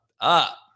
up